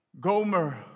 Gomer